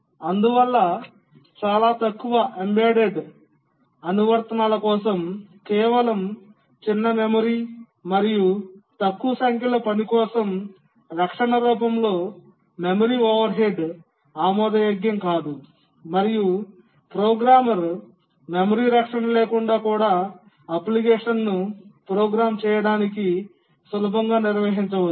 అందువల్ల చాలా తక్కువ ఎంబెడెడ్ అనువర్తనాల కోసం కేవలం చిన్న మెమరీ మరియు తక్కువ సంఖ్యలో పని కోసం రక్షణ రూపంలో మెమరీ ఓవర్ హెడ్ ఆమోదయోగ్యం కాదు మరియు ప్రోగ్రామర్ మెమరీ రక్షణ లేకుండా కూడా అప్లికేషన్ను ప్రోగ్రామ్ చేయడానికి సులభంగా నిర్వహించవచ్చు